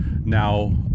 now